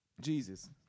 Jesus